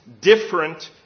different